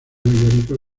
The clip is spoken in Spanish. iónicos